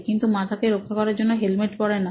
কিন্তু মাথাকে রক্ষা করার জন্য হেলমেট পরেনা